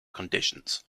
conditions